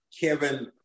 Kevin